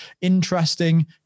interesting